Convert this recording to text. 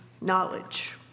knowledge